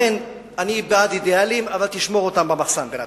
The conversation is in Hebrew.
אני בעד אידיאלים, אבל בינתיים תשמור אותם במחסן.